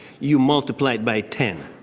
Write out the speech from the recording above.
you multiply by ten